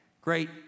great